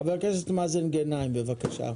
חבר הכנסת מאזן גנאים, בבקשה.